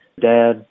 dad